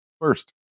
first